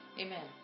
Amen